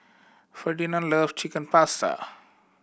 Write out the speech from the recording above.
Ferdinand love Chicken Pasta